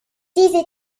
diese